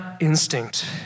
instinct